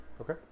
Okay